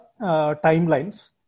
timelines